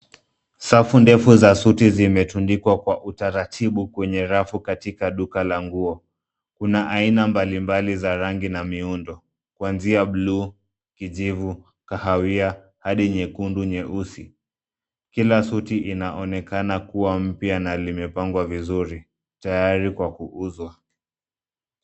Safu ndefu za suti zimetundikwa kwa utaratibu kwenye rafu katika duka la nguo. Kuna aina mbalimbali za rangi na miundo kuanzia bluu, kijivu, kahawia hadi nyekundu , nyeusi. Kila suti inaonekana kuwa mpya na limepangwa vizuri tayari kwa kuuzwa.